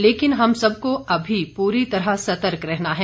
लेकिन हम सबको अभी पूरी तरह सतर्क रहना है